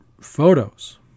photos